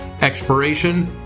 Expiration